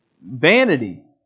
vanity